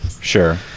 Sure